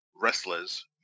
wrestlers